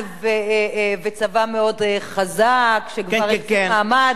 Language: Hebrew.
כל צבאות ערב שנכנסו ב-15 במאי,